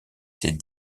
ses